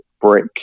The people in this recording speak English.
break